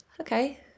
okay